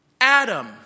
Adam